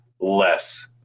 less